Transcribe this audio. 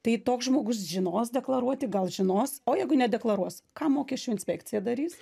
tai toks žmogus žinos deklaruoti gal žinos o jeigu nedeklaruos ką mokesčių inspekcija darys